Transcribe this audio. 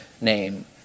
name